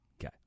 Okay